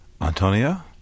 Antonia